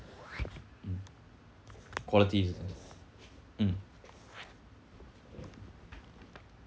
mm quality is mm